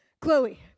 Chloe